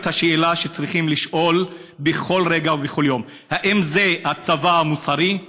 את השאלה שצריכים לשאול בכל רגע ובכל יום: האם זה הצבא המוסרי?